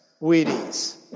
Wheaties